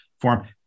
form